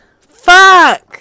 Fuck